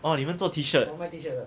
oh 你们做 T shirt